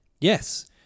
Yes